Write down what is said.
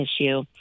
issue